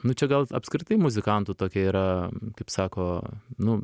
nu čia gal apskritai muzikantų tokia yra kaip sako nu